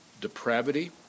depravity